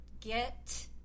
get